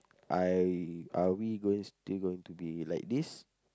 I are we going still going to be like this